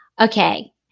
Okay